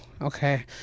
okay